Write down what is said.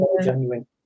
genuine